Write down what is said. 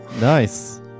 nice